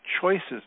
choices